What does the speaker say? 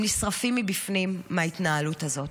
הם נשרפים מבפנים מההתנהלות הזאת,